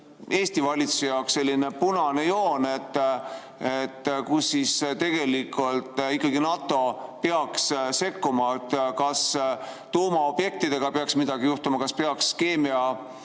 Eesti valitsuse jaoks selline punane joon, kus siis ikkagi NATO peaks sekkuma. Kas tuumaobjektidega peaks midagi juhtuma, kas peaks keemiarelva